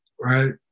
right